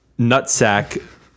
nutsack